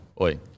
Oi